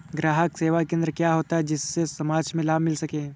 ग्राहक सेवा केंद्र क्या होता है जिससे समाज में लाभ मिल सके?